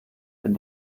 wenn